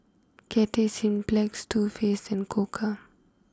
Cathay Cineplex Too Faced and Koka